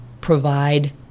provide